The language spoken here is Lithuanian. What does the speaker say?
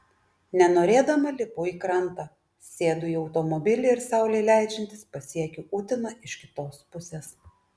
nenorėdama lipu į krantą sėdu į automobilį ir saulei leidžiantis pasiekiu uteną iš kitos pusės